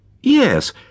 Yes